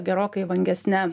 gerokai vangesne